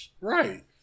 Right